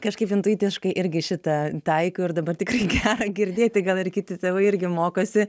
kažkaip intuitiškai irgi šitą taikau ir dabar tikrai gera girdėti gal ir kiti tėvai irgi mokosi